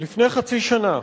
לפני חצי שנה